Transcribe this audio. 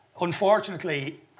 unfortunately